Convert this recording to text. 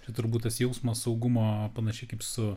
čia turbūt tas jausmas saugumo panašiai kaip su